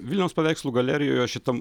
vilniaus paveikslų galerijoje šitam